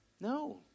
No